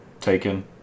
Taken